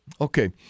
Okay